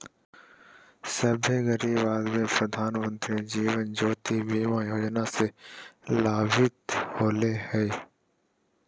सभे गरीब आदमी प्रधानमंत्री जीवन ज्योति बीमा योजना से लाभान्वित होले हें